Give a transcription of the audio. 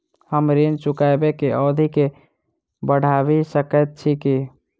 हम ऋण चुकाबै केँ अवधि केँ बढ़ाबी सकैत छी की?